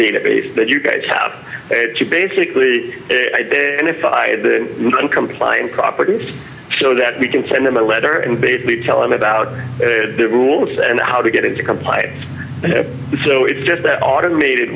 database that you guys have to basically identify the non compliant properties show that we can send them a letter and basically tell them about the rules and how to get into compliance so it's just that automated